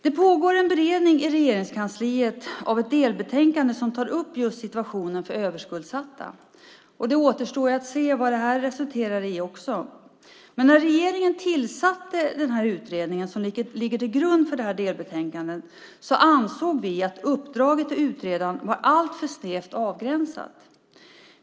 I Regeringskansliet pågår en beredning av ett delbetänkande där just situationen för överskuldsatta tas upp - återstår att se vad det resulterar i. När regeringen tillsatte den utredning som ligger till grund för delbetänkandet ansåg vi att uppdraget till utredaren var alltför snävt avgränsat.